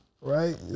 right